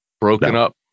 broken-up